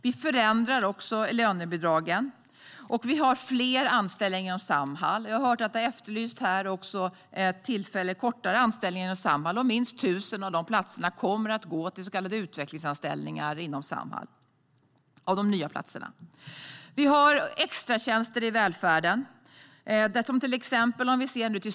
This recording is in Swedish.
Vi förändrar också lönebidragen, och det finns fler anställningar inom Samhall. Jag hörde att det efterlystes här en kortare, tillfällig anställning inom Samhall. Minst tusen av de nya platserna kommer att bli så kallade utvecklingsanställningar inom Samhall. Vi har extratjänster i välfärden.